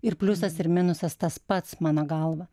ir pliusas ir minusas tas pats mano galva